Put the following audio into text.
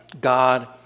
God